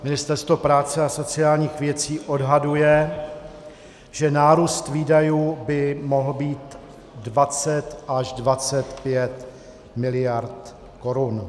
Ministerstvo práce a sociálních věcí odhaduje, že nárůst výdajů by mohl být 20 až 25 mld. korun.